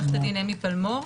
עוה"ד אמי פלמור,